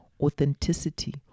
authenticity